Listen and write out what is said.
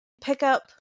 pickup